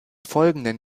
folgenden